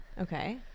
Okay